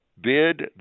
Bid